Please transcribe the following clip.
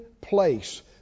place